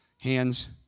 hands